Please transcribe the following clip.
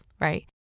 right